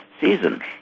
season